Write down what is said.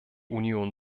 union